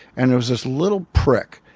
and there was this little prick,